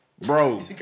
Bro